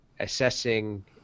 Assessing